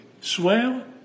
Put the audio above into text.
swell